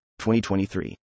2023